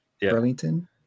Burlington